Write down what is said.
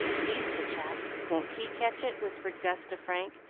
he's the chap. won't he catch it? whispered gus to frank,